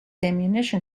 ammunition